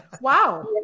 Wow